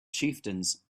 chieftains